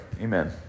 Amen